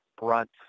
brunt